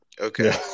okay